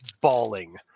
bawling